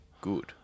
good